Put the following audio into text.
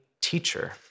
teacher